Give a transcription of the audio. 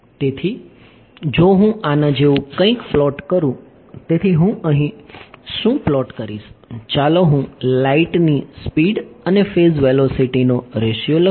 તેથી જો હું આના જેવું કંઈક પ્લોટ કરું તેથી હું અહીં શું પ્લોટ કરીશ ચાલો હું લાઇટ ની સ્પીડ અને ફેઝ વેલોસિટીનો રેશિયો લખું